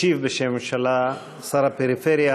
ישיב בשם הממשלה שר הפריפריה,